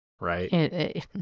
right